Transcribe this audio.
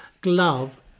glove